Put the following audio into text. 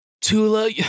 tula